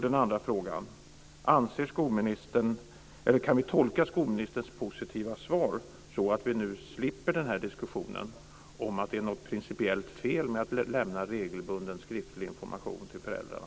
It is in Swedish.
Den andra frågan är: Kan vi tolka skolministerns positiva svar så att vi i fortsättningen slipper diskussionen om att det är något principiellt fel med att lämna regelbunden skriftlig information till föräldrarna?